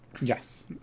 yes